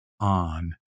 on